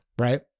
right